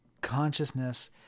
consciousness